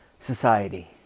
society